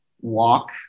walk